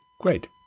Great